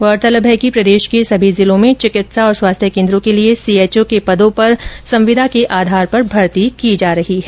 गौरतलब है कि प्रदेश के सभी जिलों में चिकित्सा एवं स्वास्थ्य केन्द्रों के लिए सीएचओ के पदों पर संविदा आधार पर भर्ती की जा रही है